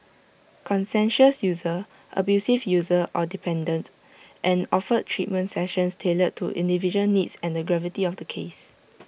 conscientious user abusive user or dependents and offered treatment sessions tailored to individual needs and the gravity of the case